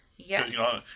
Yes